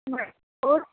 one four